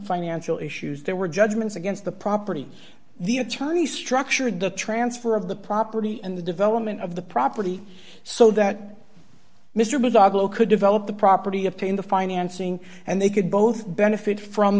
financial issues there were judgments against the property the attorney structured the transfer of the property and the development of the property so that mr bigelow could develop the property of paying the financing and they could both benefit from